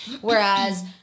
whereas